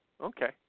Okay